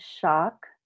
shock